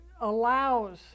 allows